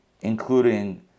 including